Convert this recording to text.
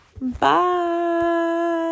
Bye